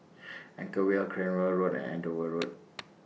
Anchorvale Cranwell Road and Andover Road